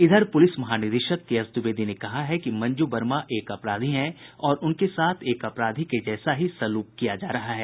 इधर पुलिस महानिदेशक K S Dwivedi ने कहा है कि मंजू वर्मा एक अपराधी हैं और उनके साथ एक अपराधी के जैसा ही सलूक किया जा रहा है